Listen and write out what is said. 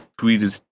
tweeted